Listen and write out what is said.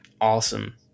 awesome